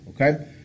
Okay